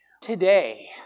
Today